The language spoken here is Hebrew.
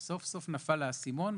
סוף-סוף נפל האסימון.